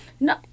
No